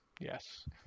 Yes